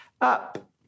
up